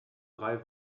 drei